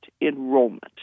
enrollment